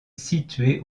située